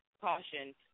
caution